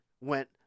went